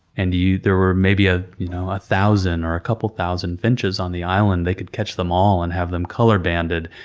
and there were maybe, ah you know, a thousand, or a couple thousand finches on the island. they could catch them all and have them color banded.